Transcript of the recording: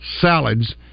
salads